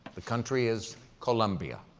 the country is columbia,